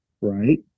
right